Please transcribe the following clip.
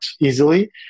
easily